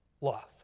love